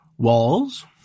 Walls